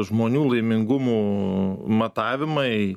žmonių laimingumų matavimai